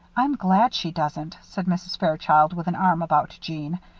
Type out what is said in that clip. i'm glad she doesn't, said mrs. fairchild, with an arm about jeanne.